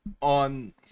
on